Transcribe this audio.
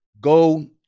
Go